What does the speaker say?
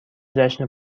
جشن